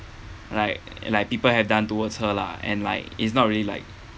like like people have done towards her lah and like it's not really like